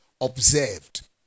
observed